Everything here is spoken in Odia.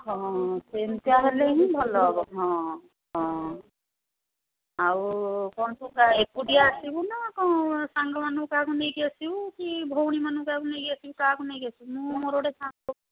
ହଁ ସେମିତିଆ ହେଲେ ହିଁ ଭଲ ହେବ ହଁ ହଁ ଆଉ କ'ଣ ଏକୁଟିଆ ଆସିବୁନା କ'ଣ ସାଙ୍ଗମାନଙ୍କୁ କାହାକୁ ନେଇକି ଆସିବୁ କି ଭଉଣୀମାନଙ୍କୁ କାହାକୁ ନେଇକି ଆସିବୁ କି କାହାକୁ ନେଇକି ଆସିବୁ ମୁଁ ମୋର ଗୋଟେ ସାଙ୍ଗ